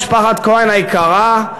משפחת כהן היקרה,